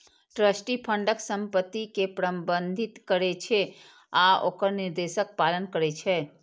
trustee फंडक संपत्ति कें प्रबंधित करै छै आ ओकर निर्देशक पालन करै छै